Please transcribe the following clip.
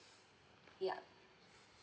ya